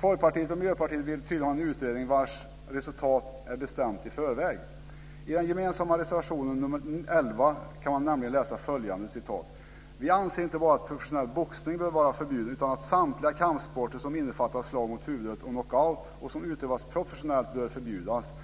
Folkpartiet och Miljöpartiet vill tydligen ha en utredning vars resultat är bestämt i förväg. I den gemensamma reservationen nr 11 kan man nämligen läsa följande: "Vi anser att inte bara professionell boxning bör vara förbjuden utan att samtliga kampsporter som innefattar slag mot huvudet och knock out och som utövas professionellt bör förbjudas.